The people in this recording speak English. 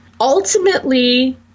Ultimately